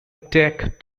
take